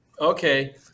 Okay